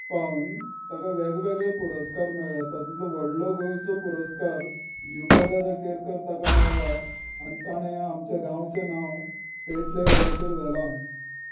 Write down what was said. पावन ताका वेगवेगळे पुरस्कार मेळ्ळ्यांत तातूंतलो व्हडलो गोंयचो पुरस्कार जिवबादादा केरकर ताका मेळ्ळा आनी ताणें आमच्या गांवचें नांव स्टेट लेवलाचेर व्हेला